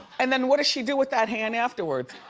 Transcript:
and then what does she do with that hand afterwards?